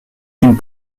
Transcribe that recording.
qu’une